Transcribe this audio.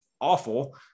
awful